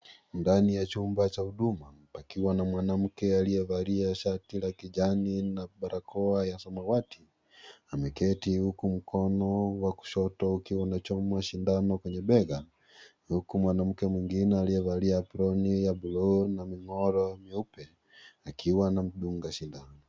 Ndani ya chumba cha huduma pakiwa na mwanamke aliyevalia shati la kijani na barakoa ya samawati. Ameketi huku mkono wa kushoto ukiwa unachomwa sindano kwenye bega huku mwanamke mwingine aliyevalia aproni ya buluu na minara mieupe akiwa anamdunga sindano.